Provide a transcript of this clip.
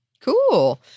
Cool